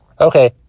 Okay